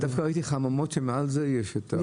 דווקא ראיתי חממות שמעליהם יש את הפאנלים.